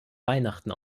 weihnachten